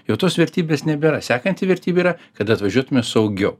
jau tos vertybės nebėra sekanti vertybė yra kad atvažiuotume saugiu